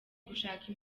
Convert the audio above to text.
gushaka